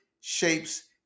shapes